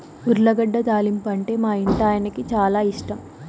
ఉర్లగడ్డ తాలింపంటే మా ఇంటాయనకి చాలా ఇష్టం